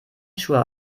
schuhe